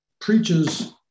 preaches